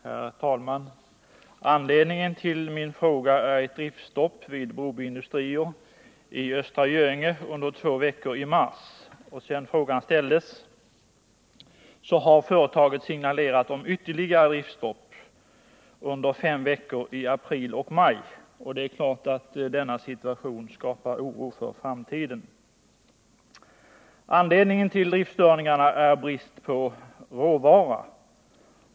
Herr talman! Anledningen till att jag ställde min fråga är ett driftstopp under två veckor i mars vid Broby Industrier i Östra Göinge. Sedan frågan ställdes har företaget signalerat om ytterligare driftstopp under fem veckor i april och maj. Det är klart att denna situation skapar oro för framtiden. Anledningen till driftstörningarna är brist på råvara.